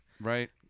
Right